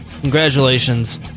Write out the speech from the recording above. Congratulations